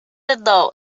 الضوء